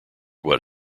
what